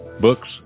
books